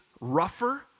rougher